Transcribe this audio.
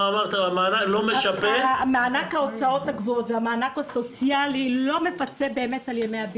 המענק לא מפצה?